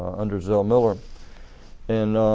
under zell miller and